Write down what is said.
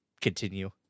continue